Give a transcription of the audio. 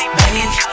make